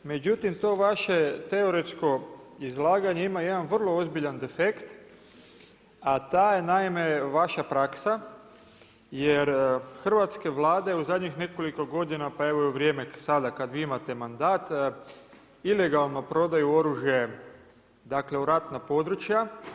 Međutim, to vaše teoretsko izlaganje ima jedan vrlo ozbiljan defekt a taj je naime vaša praksa jer hrvatske Vlade u zadnjih nekoliko godina pa evo i u vrijeme sada kada vi imate mandat ilegalno prodaju oružje dakle u ratna područja.